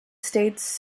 states